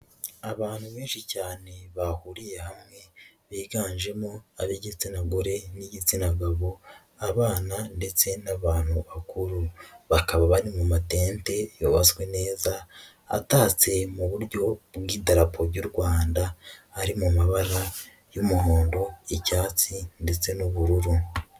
Abantu benshi cyane bahuriye hamwe biganjemo ab'igitsina gore n'igitsina gabo abana ndetse n'abantu bakuru, bakaba bari mu matende yubatswe neza atatse mu buryo bw'idarapo y'u Rwanda ari mu mabara y'umuhondo, icyatsi ndetse n'ubururu.